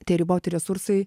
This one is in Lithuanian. tie riboti resursai